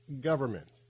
government